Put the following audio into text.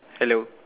hello